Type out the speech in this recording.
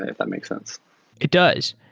that that makes sense it does.